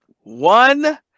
One